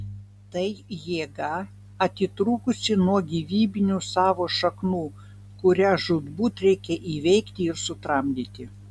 tai jėga atitrūkusi nuo gyvybinių savo šaknų kurią žūtbūt reikia įveikti ir sutramdyti